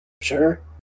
Sure